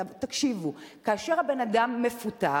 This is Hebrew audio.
תקשיבו: כאשר הבן-אדם מפוטר,